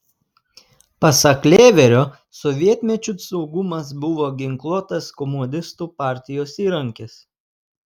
pasak lėverio sovietmečiu saugumas buvo ginkluotas komunistų partijos įrankis